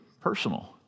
personal